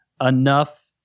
enough